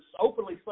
openly